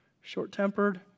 short-tempered